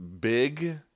big